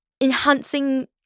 enhancing